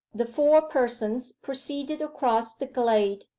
the four persons proceeded across the glade,